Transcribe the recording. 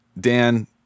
Dan